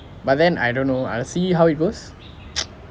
but then I don't know I'll see how it goes